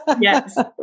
Yes